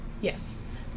Yes